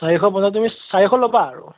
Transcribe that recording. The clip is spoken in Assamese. চাৰিশ পঞ্চাছ তুমি চাৰিশ ল'বা আৰু